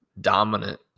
dominant